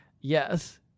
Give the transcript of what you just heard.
Yes